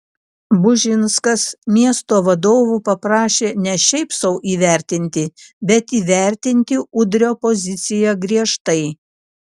bužinskas miesto vadovų paprašė ne šiaip sau įvertinti bet įvertinti udrio poziciją griežtai